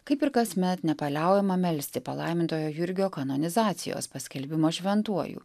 kaip ir kasmet nepaliaujama melsti palaimintojo jurgio kanonizacijos paskelbimo šventuoju